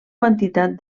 quantitat